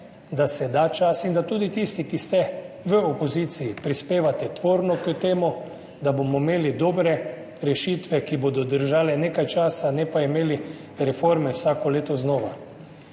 da se jim da čas in da tudi tisti, ki ste v opoziciji, prispevate tvorno k temu, da bomo imeli dobre rešitve, ki bodo držale nekaj časa, ne pa, da bomo imeli reforme vsako leto znova.